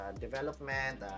development